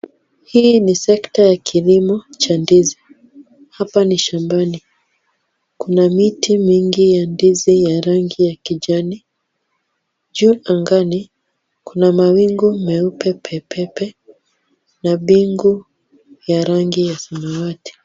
Hii ni sekta ya kilimo cha ndizi. Hapa ni shambani. Kuna miti mingi ya ndizi ya rangi ya kijani. Juu angani, kuna mawingu meupe pepepe na mbingu ya rangi ya samawati.